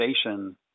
station